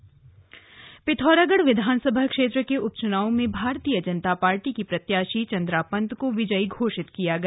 पिथौरागढ़ उपचुनाव पिथौरागढ़ विधानसभा क्षेत्र के उप चुनाव में भारतीय जनता पार्टी की प्रत्याशी चन्द्रा पंत को विजयी घोषित किया गया